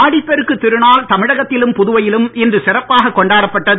ஆடிப்பெருக்கு திருநாள் தமிழகத்திலும் புதுவையிலும் இன்று சிறப்பாகக் கொண்டாடப்பட்டது